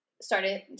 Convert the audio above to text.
started